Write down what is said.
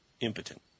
impotent